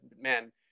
man